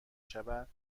شود